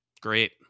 Great